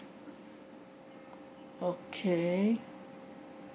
okay